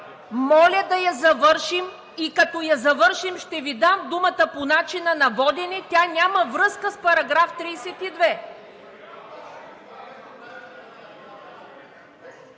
Моля да я завършим и като я завършим, ще Ви дам думата по начина на водене. Тя няма връзка с § 32.